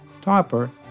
Topper